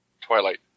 Twilight